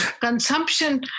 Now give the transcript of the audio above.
consumption